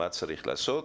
מה צריך לעשות.